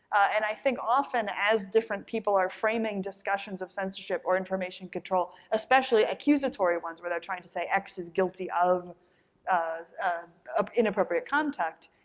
and i think often as different people are framing discussions of censorship or information control, especially accusatory ones where they're trying to say x is guilty of of inappropriate conduct,